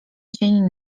dzień